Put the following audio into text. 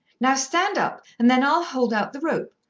now stand up, and then i'll hold out the rope.